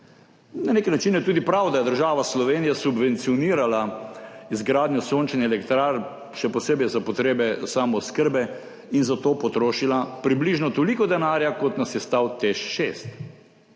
Na nek način je tudi prav, da je država Slovenija subvencionirala izgradnjo sončnih elektrarn, še posebej za potrebe samooskrbe in zato potrošila približno toliko denarja, kot nas je stal TEŠ6.